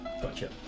Gotcha